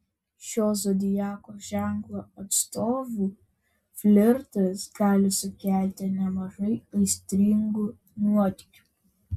šio zodiako ženklo atstovų flirtas gali sukelti nemažai aistringų nuotykių